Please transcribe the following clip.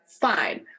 fine